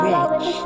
Rich